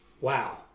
Wow